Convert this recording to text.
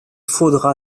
faudra